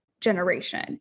Generation